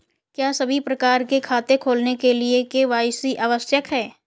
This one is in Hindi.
क्या सभी प्रकार के खाते खोलने के लिए के.वाई.सी आवश्यक है?